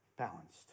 balanced